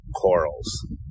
corals